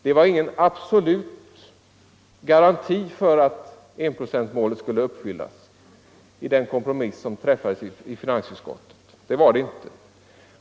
Det fanns ingen absolut garanti för att enprocentsmålet skulle uppfyllas genom den kom 95 promiss som träffades i finansutskottet.